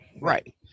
Right